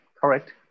Correct